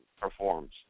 performs